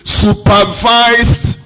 supervised